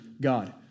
God